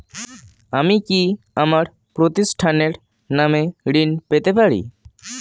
আমি কি আমার প্রতিষ্ঠানের নামে ঋণ পেতে পারি?